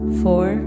four